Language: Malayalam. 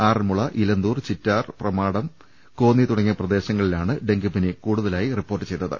ആറന്മുള ഇലന്തൂർ ചിറ്റാർ പ്രമാടം കോന്നി തുടങ്ങിയ പ്രദേശങ്ങളിലാണ് ഡെങ്കിപ്പനി കൂടുതലായി റിപ്പോർട്ട് ചെയ്തത്